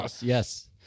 yes